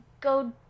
go